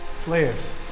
Flares